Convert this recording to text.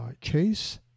chase